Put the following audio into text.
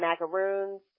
macaroons